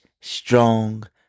Strong